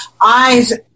eyes